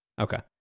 Okay